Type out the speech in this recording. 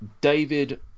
David